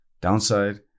Downside